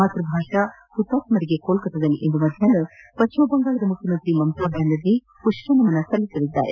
ಮಾತೃಭಾಷಾ ಹುತಾತ್ಮರಿಗೆ ಕೋಲ್ಕತ್ತದಲ್ಲಿ ಇಂದು ಮಧ್ಯಾಹ್ನ ಪಶ್ಚಿಮ ಬಂಗಾಳ ಮುಖ್ಯಮಂತ್ರಿ ಮಮತಾ ಬ್ಯಾನರ್ಜಿ ಪುಷ್ವನಮನ ಸಲ್ಲಿಸಲಿದ್ದಾರೆ